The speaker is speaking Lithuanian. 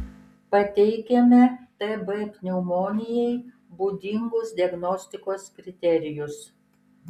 pateikiame tb pneumonijai būdingus diagnostikos kriterijus